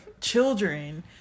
children